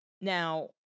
now